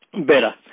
better